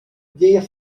weer